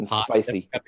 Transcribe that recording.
spicy